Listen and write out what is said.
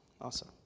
Awesome